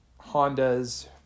Hondas